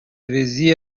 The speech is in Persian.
ریزی